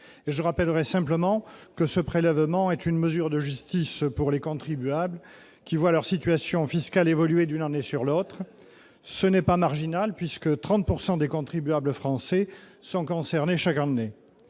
Je rappellerai simplement que ce prélèvement est une mesure de justice pour les contribuables qui voient leur situation fiscale évoluer d'une année sur l'autre. Ce n'est pas marginal : 30 % des contribuables français sont concernés chaque année.